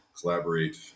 collaborate